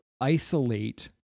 isolate